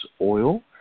oil